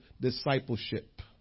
discipleship